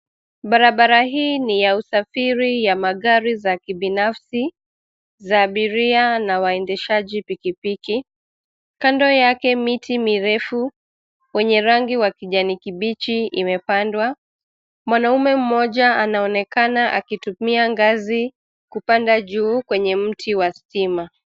Barabara hii ni ya usafiri ya magari za kibinafsi, za abiria na waendeshaji pikipiki. Kando yake miti mirefu, wenye rangi wa kijani kibichi imepandwa. Mwanaume mmoja, anaonekana akitumia ngazi, kupanda juu kwenye mti wa stima.